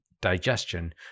digestion